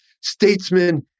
statesman